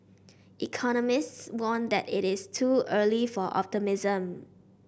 economists warned that it is too early for optimism